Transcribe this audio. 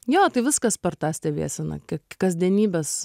jo tai viskas per tą stebėseną kasdienybės